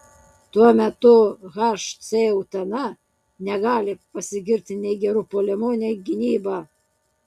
tuo metu hc utena negali pasigirti nei geru puolimu nei gynyba